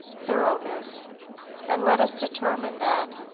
thoroughness and let us determine that,